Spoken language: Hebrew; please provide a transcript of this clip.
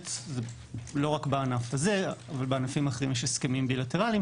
כשעובדת לא רק בענף הזה אבל בענפים האחרים יש הסכמים בילטרליים